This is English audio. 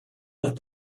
let